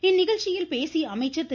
இந்நிகழ்ச்சியில் பேசிய அமைச்சர் திரு